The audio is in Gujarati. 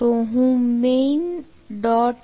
તો હું main